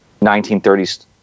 1930s